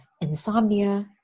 insomnia